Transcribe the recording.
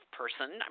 person